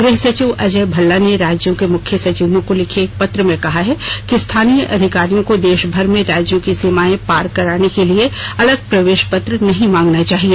गृह सचिव अजय भल्ला ने राज्यों के मुख्य सचिवों को लिखे एक पत्र में कहा है कि स्थानीय अधिकारियों को देशभर में राज्यों की सीमाएं पार करने के लिए अलग प्रवेश पत्र नहीं मांगना चाहिए